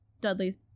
dudley's